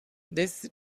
this